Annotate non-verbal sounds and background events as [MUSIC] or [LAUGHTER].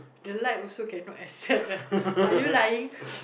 the light also can not accept ah [LAUGHS] are you lying